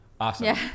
Awesome